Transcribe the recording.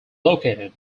located